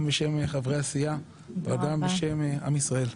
גם בשם חברי הסיעה וגם בשם עם ישראל.